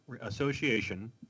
association